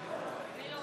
סעיף 1